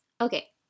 Okay